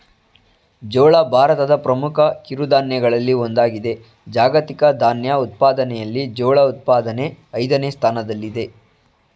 ಜೋಳ ಭಾರತದ ಪ್ರಮುಖ ಕಿರುಧಾನ್ಯಗಳಲ್ಲಿ ಒಂದಾಗಿದೆ ಜಾಗತಿಕ ಧಾನ್ಯ ಉತ್ಪಾದನೆಯಲ್ಲಿ ಜೋಳ ಉತ್ಪಾದನೆ ಐದನೇ ಸ್ಥಾನದಲ್ಲಿದೆ